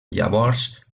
llavors